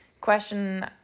question